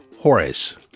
Horace